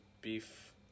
beef